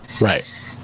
Right